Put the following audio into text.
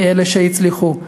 מאלה שהצליחו,